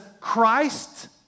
Christ